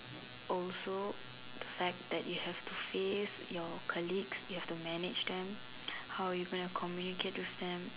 also the fact that you have to face your colleagues you have to manage them how are you going to communicate with them